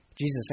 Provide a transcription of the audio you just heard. Jesus